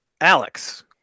Alex